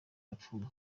yapfuye